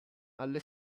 alle